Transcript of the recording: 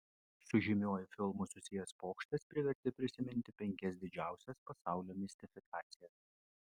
su žymiuoju filmu susijęs pokštas privertė prisiminti penkias didžiausias pasaulio mistifikacijas